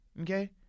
Okay